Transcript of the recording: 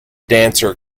dancer